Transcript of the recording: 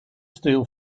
steal